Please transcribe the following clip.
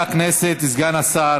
חבר הכנסת סגן השר